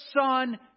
Son